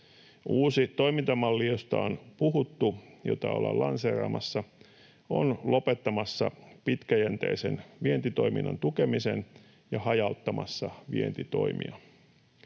Uusi toimintamalli, josta on puhuttu, jota ollaan lanseeraamassa, on lopettamassa pitkäjänteisen vientitoiminnan tukemisen ja hajauttamassa vientitoimia.